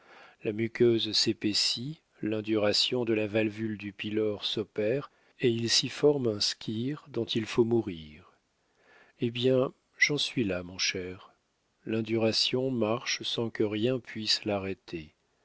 la muqueuse s'épaissit l'induration de la valvule du pylore s'opère et il s'y forme un squirrhe dont il faut mourir eh bien j'en suis là mon cher l'induration marche sans que rien puisse l'arrêter